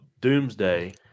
doomsday